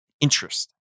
Interest